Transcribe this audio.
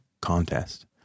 contest